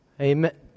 Amen